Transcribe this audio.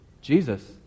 Jesus